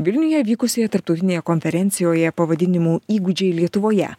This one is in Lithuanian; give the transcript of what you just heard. vilniuje vykusioje tarptautinėje konferencijoje pavadinimu įgūdžiai lietuvoje